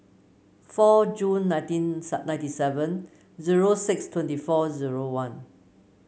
four June nineteen ninety seven zero six twenty four zero one